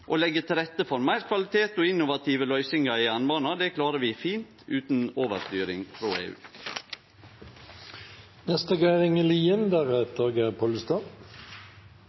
å leggje til rette for meir kvalitet og innovative løysingar i jernbana – det klarer vi fint utan overstyring frå